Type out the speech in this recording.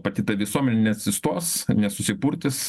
pati ta visuomenė neatsistos nenusipurtys